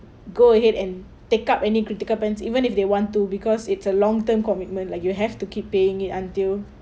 go ahead and take up any critical plans even if they want to because it's a long term commitment like you have to keep paying it until